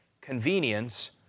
convenience